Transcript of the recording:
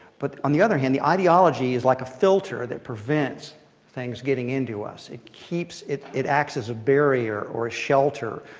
but on the other hand, the ideology is like a filter that prevents things getting into us. it keeps, it it acts as a barrier or a shelter,